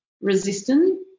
Resistant